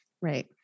Right